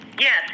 Yes